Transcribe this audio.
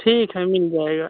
ठीक है मिल जाएगा